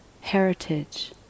heritage